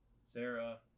Sarah